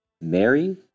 Mary